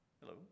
Hello